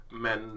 men